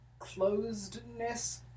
closedness